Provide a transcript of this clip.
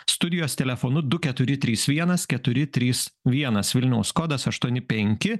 studijos telefonu du keturi trys vienas keturi trys vienas vilniaus kodas aštuoni penki